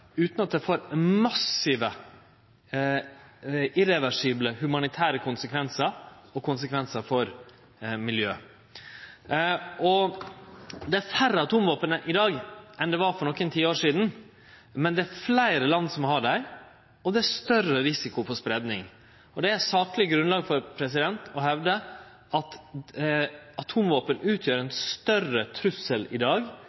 utan at det får massive, irreversible humanitære konsekvensar, og konsekvensar for miljøet. Det er færre atomvåpen i dag enn det var for nokre tiår sidan, men det er fleire land som har dei, og det er større risiko for spreiing. Det er sakleg grunnlag for å hevde at atomvåpen utgjer ein større trussel i dag